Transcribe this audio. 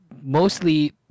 Mostly